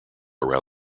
around